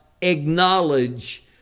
acknowledge